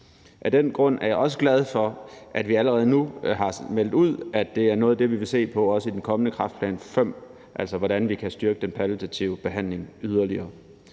Af den grund er jeg også glad for, at vi allerede nu har meldt ud, at det er noget af det, vi også vil se på i den kommende kræftplan V, altså hvordan vi kan styrke den palliative behandling yderligere.